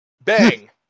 Bang